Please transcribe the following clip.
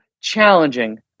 challenging